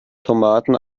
tomaten